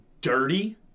dirty